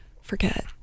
forget